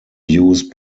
use